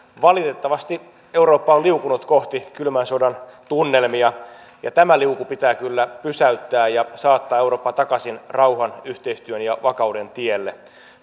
valitettavasti eurooppa on liukunut kohti kylmän sodan tunnelmia tämä liuku pitää kyllä pysäyttää ja saattaa eurooppa takaisin rauhan yhteistyön ja vakauden tielle